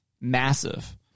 massive